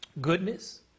Goodness